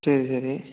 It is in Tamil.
சரி சரி